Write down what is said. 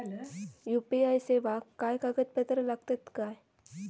UPI सेवाक काय कागदपत्र लागतत काय?